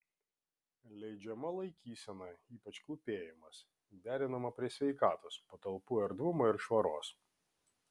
leidžiama laikysena ypač klūpėjimas derinama prie sveikatos patalpų erdvumo ir švaros